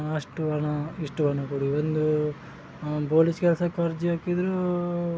ಅಷ್ಟು ಹಣ ಇಷ್ಟು ಹಣ ಕೊಡಿ ಒಂದು ಬೋಲೀಸ್ ಕೆಲ್ಸಕ್ಕೆ ಅರ್ಜಿ ಹಾಕಿದ್ರು